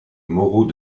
moreau